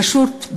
פשוט,